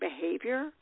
behavior